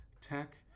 tech